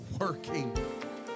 working